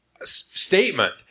statement